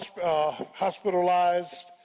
hospitalized